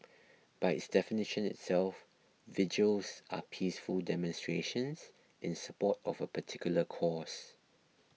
by its definition itself vigils are peaceful demonstrations in support of a particular cause